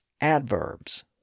adverbs